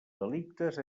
delictes